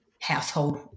household